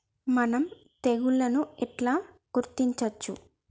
మనం తెగుళ్లను ఎట్లా గుర్తించచ్చు?